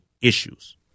issues